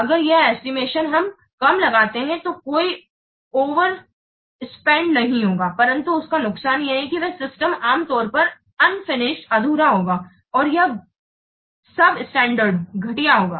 अगर यह एस्टिमेशन हम कम लगाते है तो कोई ओवरस्पेंड नहीं होगा परन्तु इसका नुकसान यह है ये सिस्टम आमतौर पर अधूरा होगा और यह घटिया होगा